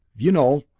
you know,